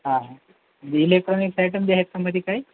हा electronics item जी आहेत त्याच्यामध्ये काही